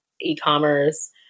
e-commerce